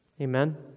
Amen